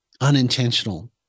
unintentional